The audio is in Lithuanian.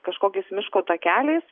kažkokiais miško takeliais